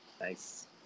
Nice